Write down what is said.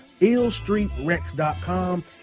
illstreetrex.com